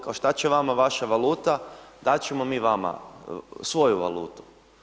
Kao šta će vama vaša valuta, dati ćemo mi vama svoju valutu.